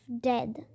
dead